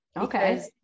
Okay